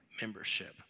membership